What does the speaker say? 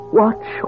watch